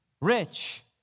rich